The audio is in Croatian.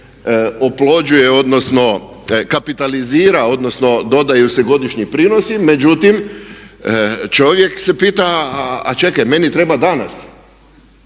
oplođuje, odnosno kapitalizira, odnosno dodaju se godišnji prinosi. Međutim, čovjek se pita, a čekaj, meni treba danas.